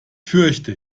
fürchte